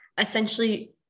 essentially